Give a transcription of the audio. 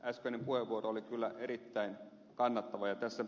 äskeinen puheenvuoro oli kyllä erittäin kannatettava